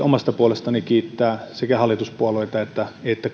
omasta puolestani kiittää sekä hallituspuolueita että